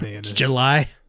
july